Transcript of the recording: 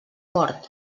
port